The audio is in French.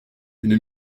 une